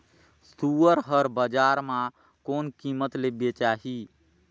सुअर हर बजार मां कोन कीमत ले बेचाही?